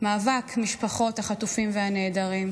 משפחות החטופים והנעדרים,